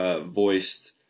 voiced